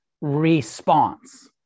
response